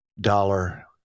dollar